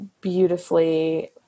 beautifully